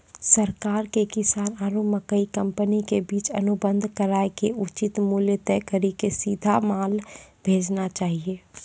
सरकार के किसान आरु मकई कंपनी के बीच अनुबंध कराय के उचित मूल्य तय कड़ी के सीधा माल भेजना चाहिए?